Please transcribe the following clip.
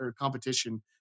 competition